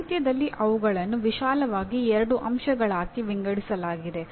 ಸಾಹಿತ್ಯದಲ್ಲಿ ಅವುಗಳನ್ನು ವಿಶಾಲವಾಗಿ ಎರಡು ಅಂಶಗಳಾಗಿ ವಿಂಗಡಿಸಲಾಗಿದೆ